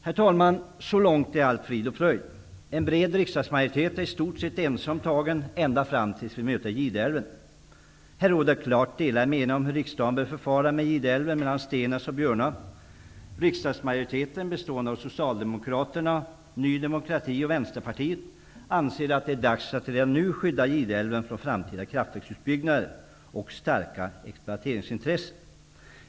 Herr talman! Så långt är allt frid och fröjd. En bred riksdagsmajoritet är i stort sett ense om tagen ända fram tills vi möter Gideälven. Här råder klart delade meningar om hur riksdagen bör förfara med Vänsterpartiet, anser att det är dags att redan nu skydda Gideälven från framtida kraftverksutbyggnader och starka exploateringsintressen.